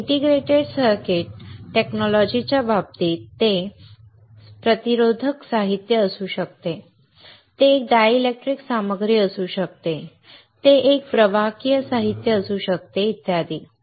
परंतु integrated circuit तंत्रज्ञानाच्या बाबतीत ते प्रतिरोधक साहित्य असू शकते ते एक डायलेक्ट्रिक सामग्री असू शकते ते एक प्रवाहकीय साहित्य असू शकते इत्यादी